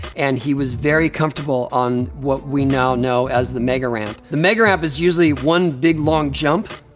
and he was very comfortable on what we now know as the mega ramp. the mega ramp is usually one big, long jump,